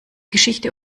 geschichte